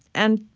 and